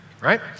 right